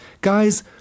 Guys